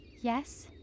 Yes